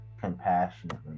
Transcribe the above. compassionately